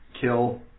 kill